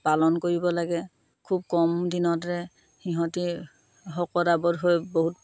পালন কৰিব লাগে খুব কম দিনতে সিহঁতি শকত আৱত হৈ বহুত